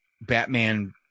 Batman